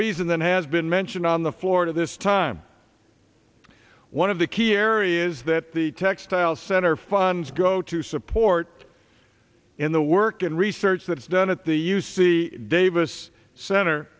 reason than has been mentioned on the floor at this time one of the key areas that the textile center funds go to support in the work and research that is done at the u c davis center